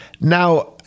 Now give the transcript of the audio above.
Now